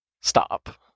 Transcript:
Stop